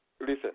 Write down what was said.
listen